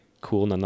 cool